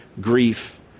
grief